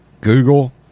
Google